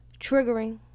triggering